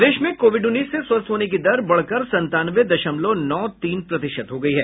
प्रदेश में कोविड उन्नीस से स्वस्थ होने की दर बढ़कर संतानवे दशमलव नौ तीन प्रतिशत हो गई है